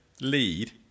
lead